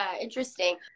interesting